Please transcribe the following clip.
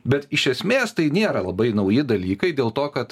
bet iš esmės tai nėra labai nauji dalykai dėl to kad